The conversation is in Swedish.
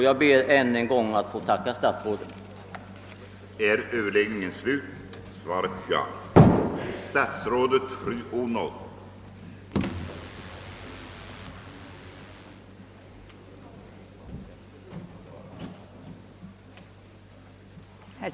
Jag ber än en gång att få tacka statsrådet för svaret.